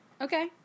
Okay